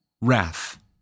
wrath